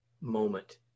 moment